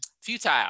futile